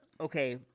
okay